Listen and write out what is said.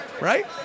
Right